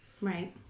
Right